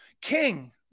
King